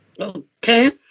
Okay